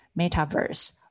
metaverse